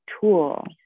tool